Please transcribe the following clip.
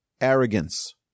arrogance